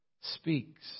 speaks